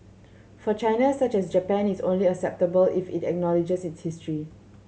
for China such as Japan is only acceptable if it acknowledges history